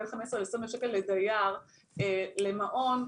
יש בין 15,000-20,000 ₪ לדייר למעון,